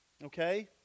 Okay